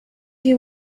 you